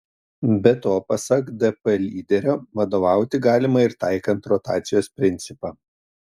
be to pasak dp lyderio vadovauti galima ir taikant rotacijos principą